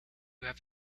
have